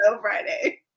friday